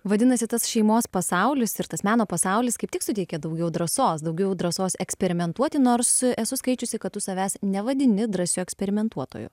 vadinasi tas šeimos pasaulis ir tas meno pasaulis kaip tik suteikė daugiau drąsos daugiau drąsos eksperimentuoti nors esu skaičiusi kad tu savęs nevadini drąsiu eksperimentuotoju